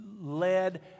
led